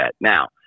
Now